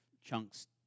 chunks